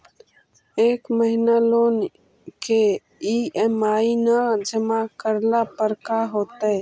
एक महिना लोन के ई.एम.आई न जमा करला पर का होतइ?